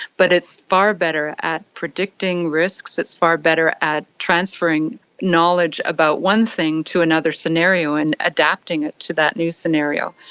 but it's far better at predicting risks, it's far better at transferring knowledge about one thing to another scenario and adapting it to that new scenario.